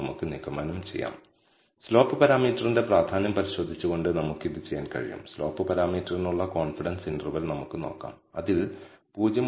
നമ്മൾ ഘടിപ്പിച്ച linear model പര്യാപ്തമാണോ അല്ലയോ നല്ലതാണോ അല്ലയോ എന്നതാണ് ആദ്യം ചോദിക്കേണ്ട ചോദ്യം